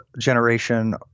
generation